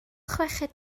chweched